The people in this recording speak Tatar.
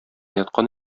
яткан